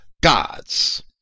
gods